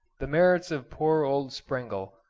the merits of poor old sprengel,